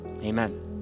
Amen